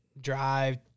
drive